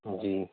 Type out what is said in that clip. جی